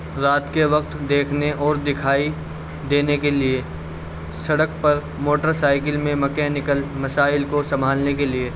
رات کے وقت دیکھنے اور دکھائی دینے کے لیے سڑک پر موٹر سائیکل میں میکینکل مسائل کو سنبھالنے کے لیے